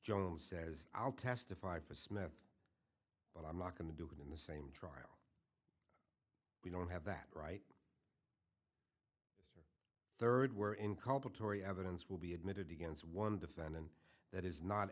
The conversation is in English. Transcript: jones says i'll testify for smith but i'm not going to do it in the same trial we don't have that right third where inculpatory evidence will be admitted against one defendant that is not